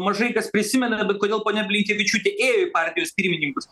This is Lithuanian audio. mažai kas prisimena kodėl ponia blinkevičiūtė ėjo į partijos pirmininkus